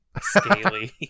scaly